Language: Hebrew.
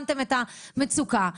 עוד כוח אדם בזמן הזה.